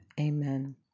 Amen